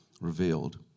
revealed